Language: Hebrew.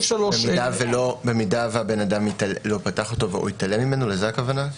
אם האדם לא פתח אותו או התעלם ממנו, לזה הכוונה?